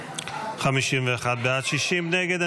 51 בעד, 60 נגד.